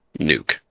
nuke